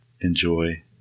enjoy